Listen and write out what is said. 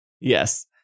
Yes